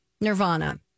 Nirvana